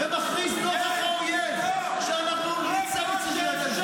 -- ומכריז באוזני האויב שאנחנו נצא מציר פילדלפי.